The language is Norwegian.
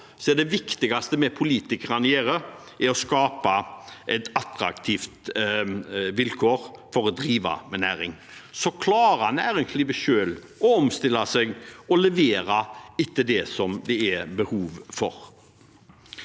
det viktigste vi politikere kan gjøre, å skape attraktive vilkår for å drive med næring. Så klarer næringslivet selv å omstille seg og levere etter det som det er behov for.